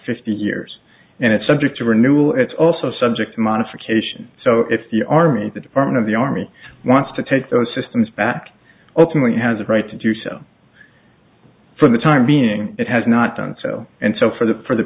fifty years and it's subject to renewal it's also subject to modification so if the army the department of the army wants to take those systems back ultimately has a right to do so for the time being it has not done so and so for the for the